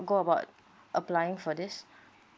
go about applying for this